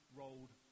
rolled